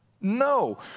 No